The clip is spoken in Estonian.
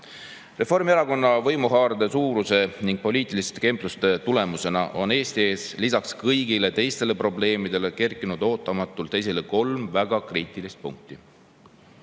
Reformierakonna võimuhaarde suuruse ning poliitiliste kempluste tulemusena on Eestis lisaks kõigile teistele probleemidele kerkinud ootamatult esile kolm väga kriitilist punkti,